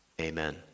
Amen